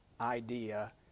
idea